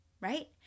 right